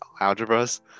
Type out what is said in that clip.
algebras